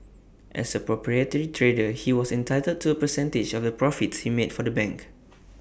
as A proprietary trader he was entitled to A percentage of the profits he made for the bank